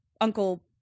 uncle